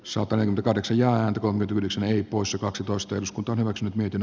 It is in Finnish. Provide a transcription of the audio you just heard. sopanen kahdeksan ja hän on tyly se vei poissa kaksitoista eduskunta hyväksynyt miten